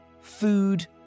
food